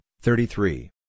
thirty-three